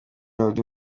melody